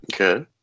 okay